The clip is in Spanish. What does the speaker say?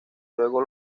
luego